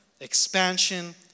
expansion